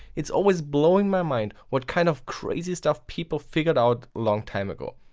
it's always blowing my mind what kind of crazy stuff people figured out long time ago.